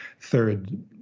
third